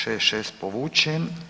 66 povučen.